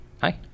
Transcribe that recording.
hi